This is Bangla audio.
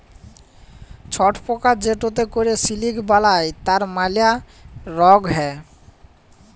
ছট পকা যেটতে ক্যরে সিলিক বালাই তার ম্যালা রগ হ্যয়